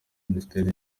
minisiteri